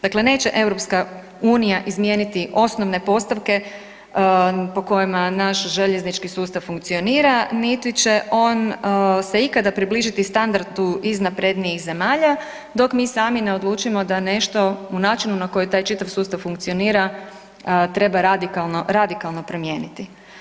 Dakle, neće EU izmijeniti osnovne postavke po kojima naš željeznički sustav funkcionira, niti će on se ikada približiti standardu iz naprednijih zemalja dok mi sami ne odlučimo da nešto u načinu na koji taj čitav sustav funkcionira treba radikalno promijeniti.